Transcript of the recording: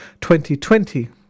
2020